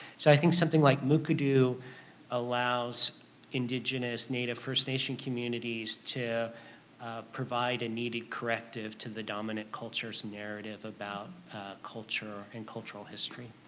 so i think something like mukurtu allows indigenous, native, first nation communities to provide a needed corrective to the dominant culture's narrative about culture and cultural history.